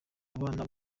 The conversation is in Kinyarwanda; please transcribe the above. abana